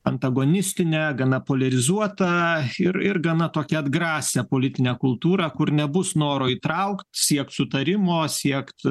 antagonistinę gana poliarizuota ir ir gana tokią atgrasią politinę kultūrą kur nebus noro įtraukt siekt sutarimo siekt